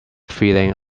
feeling